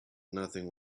nothing